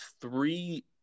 three